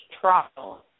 trial